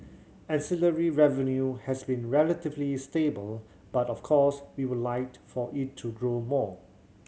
ancillary revenue has been relatively stable but of course we would like for it to grow more